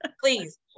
Please